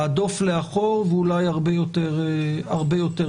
להדוף לאחור ואולי הרבה יותר מכך.